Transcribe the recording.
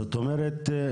זאת אומרת,